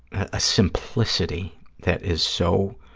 a simplicity that is so